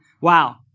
wow